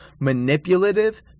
manipulative